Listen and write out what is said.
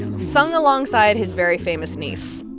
and sung alongside his very famous niece